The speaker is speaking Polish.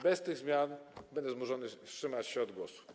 Bez tych zmian będę zmuszony wstrzymać się od głosu.